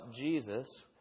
Jesus